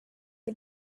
the